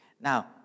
Now